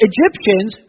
Egyptians